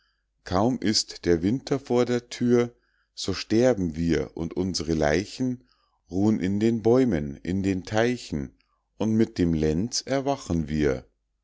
kaum ist der winter vor der thür so sterben wir und unsre leichendie schwalben liegen des winters in klumpen über einander in den seen und teichen und in den hohlen bäumen ruh'n in den bäumen in den teichen und mit dem lenz erwachen wir